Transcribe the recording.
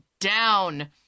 down